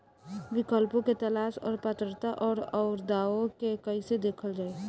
विकल्पों के तलाश और पात्रता और अउरदावों के कइसे देखल जाइ?